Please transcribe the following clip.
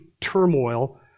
turmoil